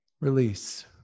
Release